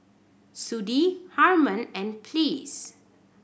Sudie Harman and Ples